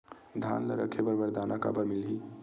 धान ल रखे बर बारदाना काबर मिलही?